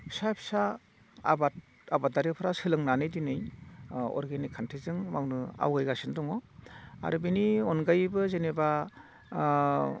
फिसा फिसा आबाद आबादारिफोरा सोलोंनानै दिनै अर्गेनिक खान्थिजों मावनो आवगायगासिनो दङ आरो बेनि अनगायैबो जेनेबा